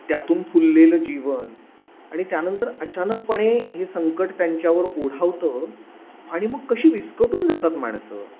त्यातून फुललेलं जीवन आणि त्यानंतर अचानकपणे हे संकट त्यांच्यावर ओढावतं आणि मग कशी विस्कटून जातात माणसं